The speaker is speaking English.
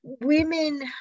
women